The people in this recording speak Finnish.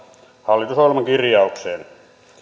hallitusohjelman kirjaukseen